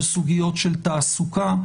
על סוגיות של תעסוקה,